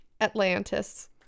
Atlantis